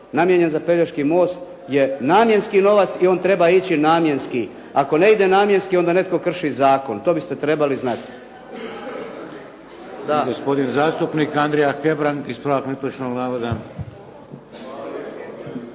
namijenjen za Pelješki most je namjenski novac i on treba ići namjenski. Ako ne ide namjenski onda netko krši zakon, to biste trebali znati.